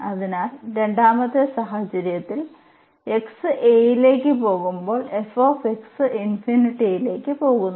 അതിനാൽ രണ്ടാമത്തെ സാഹചര്യത്തിൽ x a ലേക്ക് പോകുമ്പോൾ f ഇൻഫിനിറ്റിയിലേക്ക് പോകുന്നു